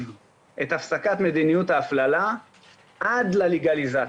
את הפסקת מדיניות ההפללה עד ללגליזציה.